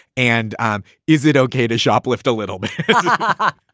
and is it ok to shoplift a little bit? but